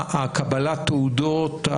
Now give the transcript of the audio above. קבלת התעודות,